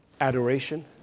Adoration